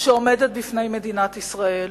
שעומדת בפני מדינת ישראל: